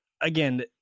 again